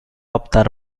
optar